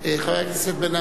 חבר הכנסת בן-ארי,